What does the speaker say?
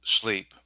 sleep